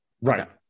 Right